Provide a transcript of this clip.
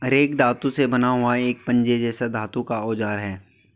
rake धातु से बना हुआ एक पंजे जैसा धातु का औजार होता है